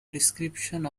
description